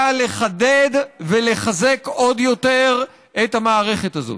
באה לחדד ולחזק עוד יותר את המערכת הזאת.